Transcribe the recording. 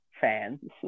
fans